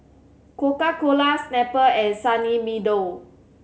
Coca Cola Snapple and Sunny Meadow